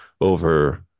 over